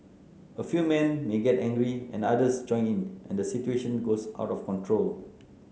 a few men may get angry and others join in and the situation goes out of control